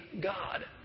God